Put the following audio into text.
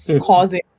causing